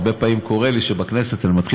הרבה פעמים קורה לי בכנסת שאני מתחיל